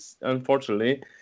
unfortunately